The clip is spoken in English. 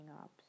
up